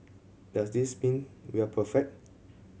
does this mean we are perfect